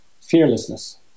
fearlessness